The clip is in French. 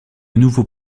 nouveau